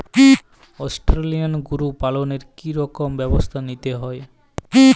Australian গরু পালনে কি রকম ব্যবস্থা নিতে হয়?